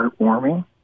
heartwarming